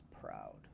proud